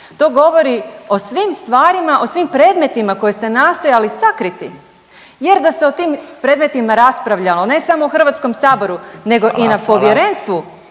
To govori o svim stvarima, o svim predmetima koje ste nastojali sakriti jer da se o tim predmetima raspravljalo ne samo u Hrvatskom saboru nego i na povjerenstvu